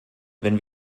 wenn